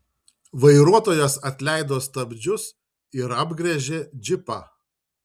vairuotojas atleido stabdžius ir apgręžė džipą